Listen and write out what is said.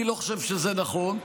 אני לא חושב שזה נכון.